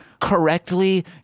correctly